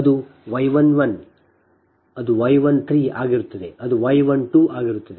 ಅದು Y 11 ಅದು Y 13 ಆಗಿರುತ್ತದೆ ಅದು Y 12 ಆಗಿರುತ್ತದೆ